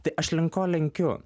tai aš link ko lenkiu